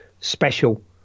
special